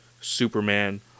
Superman